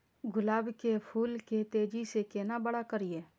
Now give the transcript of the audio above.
गुलाब के फूल के तेजी से केना बड़ा करिए?